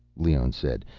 leone said.